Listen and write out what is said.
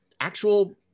actual